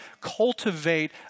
cultivate